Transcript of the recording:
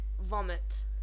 Vomit